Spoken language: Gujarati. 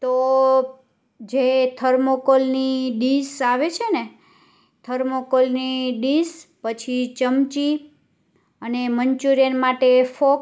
તો જે થર્મોકોલની ડિશ આવે છે ને થર્મોકોલની ડિશ પછી ચમચી અને મન્ચુરિયન માટે ફોક